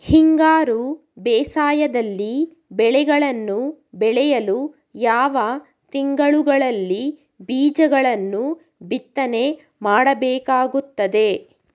ಹಿಂಗಾರು ಬೇಸಾಯದಲ್ಲಿ ಬೆಳೆಗಳನ್ನು ಬೆಳೆಯಲು ಯಾವ ತಿಂಗಳುಗಳಲ್ಲಿ ಬೀಜಗಳನ್ನು ಬಿತ್ತನೆ ಮಾಡಬೇಕಾಗುತ್ತದೆ?